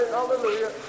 Hallelujah